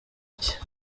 iki